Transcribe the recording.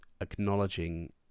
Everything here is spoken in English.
Acknowledging